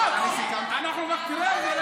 אנחנו לא מתחייבים לכלום.